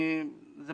זאת